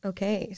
Okay